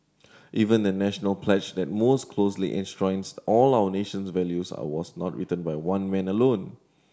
even the National pledge that most closely enshrines all of nation's values are was not written by one man alone